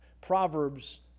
Proverbs